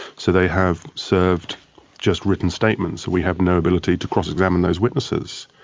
so they have served just written statements and we have no ability to cross-examine those witnesses.